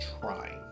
trying